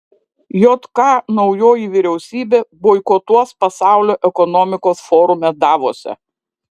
jk naujoji vyriausybė boikotuos pasaulio ekonomikos forume davose